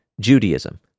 Judaism